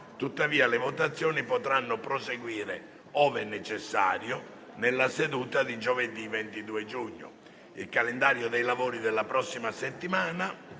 tuttavia le votazioni potranno proseguire, ove necessario, nella seduta di giovedì 22 giugno. Il calendario dei lavori della prossima settimana